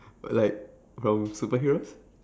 but like from superheroes